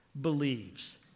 believes